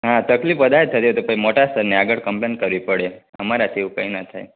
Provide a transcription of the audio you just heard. હં તકલીફ વધારે થશે તો મોટા સરને આગળ કૅમ્પલેન કરવી પડે અમારાથી એવું કઈ ના થાય